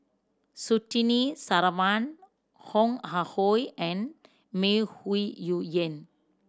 Surtini Sarwan Ong Ah Hoi and May Ooi Yu Fen